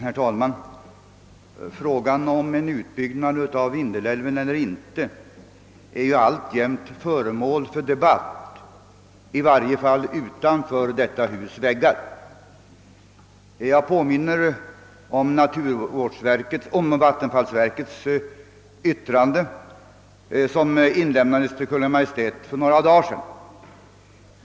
Herr talman! Frågan om en utbyggnad eller inte av Vindelälven är ju alltjämt föremål för debatt, i varje fall utanför detta hus väggar. Jag påminner om vattenfallsverkets yttrande, som inlämnades till Kungl. Maj:t för några dagar sedan.